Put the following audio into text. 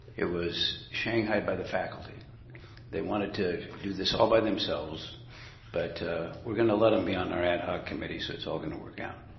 it was shanghaied by the faculty they wanted to do this all by themselves but we're gonna let them be on our ad-hoc committee so it's all gonna work out